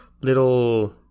little